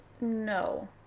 no